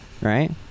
Right